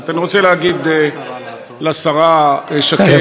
אני רוצה להגיד לשרה שקד,